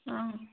অঁ